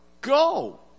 go